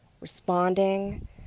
responding